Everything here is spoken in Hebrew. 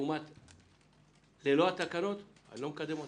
לעומת המצב ללא התקנות אני לא מקדם אותן.